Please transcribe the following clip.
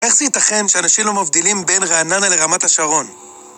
איך זה ייתכן שאנשים לא מבדילים בין רעננה לרמת השרון?